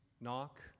knock